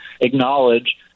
acknowledge